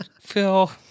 Phil